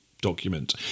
document